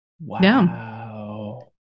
wow